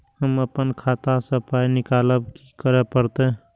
हम आपन खाता स पाय निकालब की करे परतै?